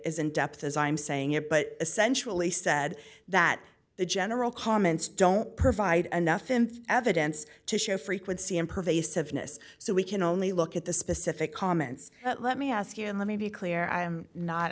as in depth as i'm saying it but essentially said that the general comments don't provide enough in evidence to show frequency and pervasiveness so we can only look at the specific comments but let me ask you and let me be clear i am not